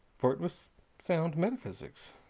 for it was sound metaphysics.